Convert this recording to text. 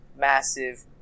massive